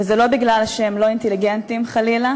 וזה לא מפני שהם לא אינטליגנטים, חלילה,